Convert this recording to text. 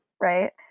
right